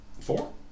Four